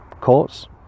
courts